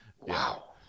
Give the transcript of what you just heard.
Wow